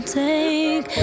take